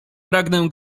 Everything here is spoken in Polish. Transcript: pragnę